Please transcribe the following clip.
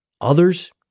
Others